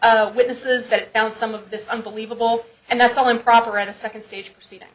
witnesses that found some of this unbelievable and that's all improper and a second stage proceeding